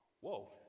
Whoa